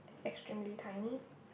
extremely tiny